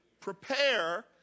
prepare